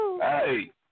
Hey